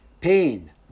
pain